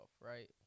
right